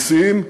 נשיאים,